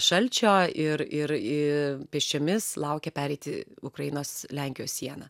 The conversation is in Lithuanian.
šalčio ir ir į pėsčiomis laukė pereiti ukrainos lenkijos sieną